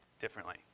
differently